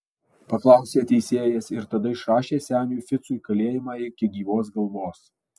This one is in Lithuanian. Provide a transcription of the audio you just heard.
paklausė teisėjas ir tada išrašė seniui ficui kalėjimą iki gyvos galvos